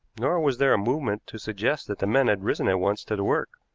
nor was there a movement to suggest that the men had risen at once to the work,